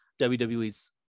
WWE's